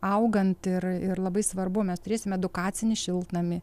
augant ir ir labai svarbu mes turėsime edukacinį šiltnamį